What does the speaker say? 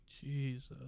Jesus